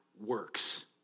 works